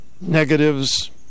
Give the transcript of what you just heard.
negatives